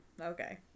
okay